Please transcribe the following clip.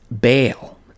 bail